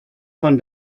von